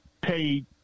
pay